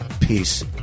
peace